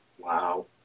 wow